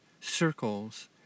circles